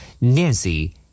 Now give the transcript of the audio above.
Nancy